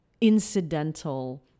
incidental